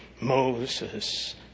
Moses